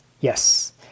Yes